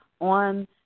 on